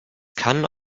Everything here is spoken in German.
kann